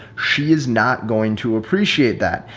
she is not going to appreciate that.